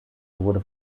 wurde